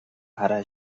ara